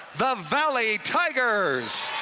the valley tigers.